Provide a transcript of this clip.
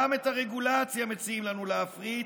גם את הרגולציה מציעים לנו להפריט,